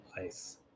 ICE